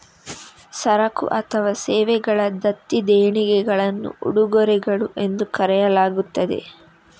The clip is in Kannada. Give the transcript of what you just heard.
ಸರಕು ಅಥವಾ ಸೇವೆಗಳ ದತ್ತಿ ದೇಣಿಗೆಗಳನ್ನು ಉಡುಗೊರೆಗಳು ಎಂದು ಕರೆಯಲಾಗುತ್ತದೆ